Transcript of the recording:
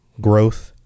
growth